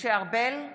משה ארבל,